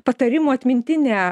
patarimų atmintinė